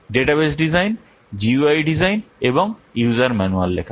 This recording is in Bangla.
ডাটাবেস ডিজাইন জিইউআই ডিজাইন এবং ইউজার ম্যানুয়াল লেখা